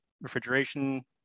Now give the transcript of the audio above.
refrigeration